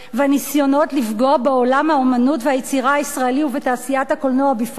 והניסיונות לפגוע בעולם האמנות והיצירה הישראלי ובתעשיית הקולנוע בפרט,